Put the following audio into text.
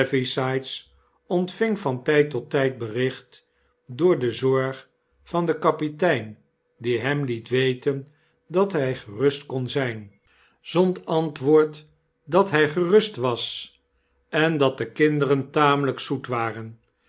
ontving van tyd tot tijd bericht door de zorg van den kapitein die hem liet weten dat hij gerust kon zyn zond antwoord dat hy gerust was en dat de kinderen tamelyk zoet waren